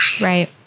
Right